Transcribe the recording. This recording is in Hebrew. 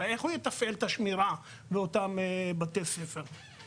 הרי איך הוא יתפעל בלי זה את השמירה בבתי ספר הספר?